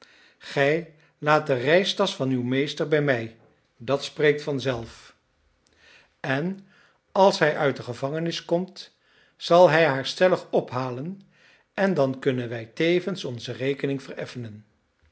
gij laat de reistasch van uw meester bij mij dat spreekt vanzelf en als hij uit de gevangenis komt zal hij haar stellig ophalen en dan kunnen wij tevens onze rekening vereffenen